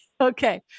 Okay